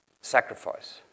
sacrifice